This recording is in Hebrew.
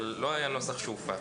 אבל לא היה נוסח שהופץ.